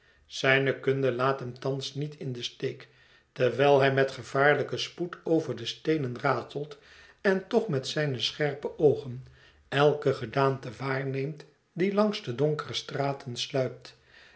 zijne kunde laat hem thans niet in den steek terwijl hij met gevaarlijken spoed over de steenenratelt en toch met zijne scherpe oogen elke gedaante waarneemt die langs de donkere straten sluipt